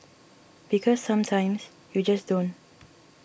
because sometimes you just don't